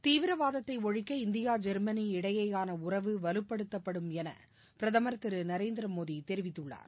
தீவிரவாதத்தை ஒழிக்க India Germany இடையேயான உறவு வலுப்படுத்தப்படும் என பிரதமர் திரு நரேந்திரமோடி தெரிவித்துள்ளார்